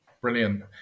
Brilliant